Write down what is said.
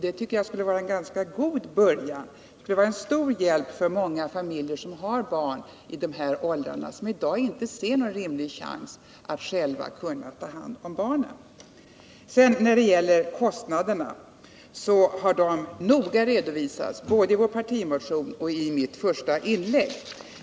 Det tycker jag skulle vara en god början och en stor hjälp för många familjer som har barn i de här åldrarna och som i dag inte ser någon rimlig chans att själva ta hand om barnen. Kostnaderna har noga redovisats både i vår partimotion och i mitt första inlägg.